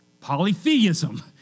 polytheism